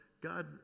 God